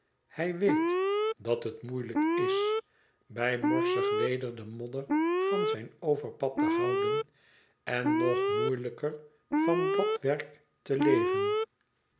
hij weet dat het moeielijk is bij morsig weder de modder van zijn overpad te houden en nog moeielijker van dat werk te leven